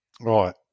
Right